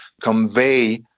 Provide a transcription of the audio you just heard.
convey